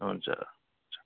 हुन्छ हुन्छ